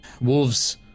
Wolves